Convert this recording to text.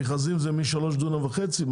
המכרזים הם משלושה וחצי דונם?